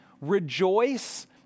rejoice